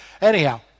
Anyhow